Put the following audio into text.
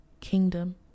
kingdom